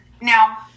Now